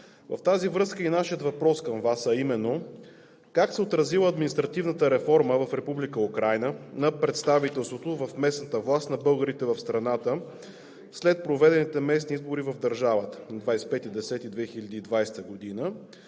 В тази връзка е и нашият въпрос към Вас, а именно: как се е отразила административната реформа в Република Украйна на представителството в местната власт на българите в страната след проведените местни избори в държавата на 25 октомври 2020 г.,